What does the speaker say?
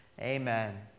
amen